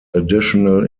additional